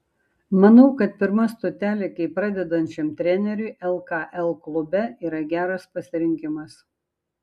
manau kad pirma stotelė kaip pradedančiam treneriui lkl klube yra geras pasirinkimas